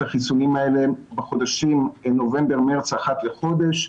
את החיסונים האלה בחודשים נובמבר-מארס, אחת לחודש.